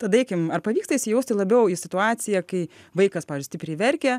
tada eikim ar pavyksta įsijausti labiau į situaciją kai vaikas pavyzdžiui stipriai verkia